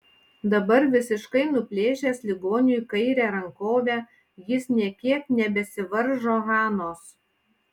dabar visiškai nuplėšęs ligoniui kairę rankovę jis nė kiek nebesivaržo hanos